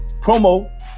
Promo